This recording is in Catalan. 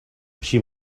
així